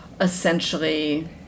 Essentially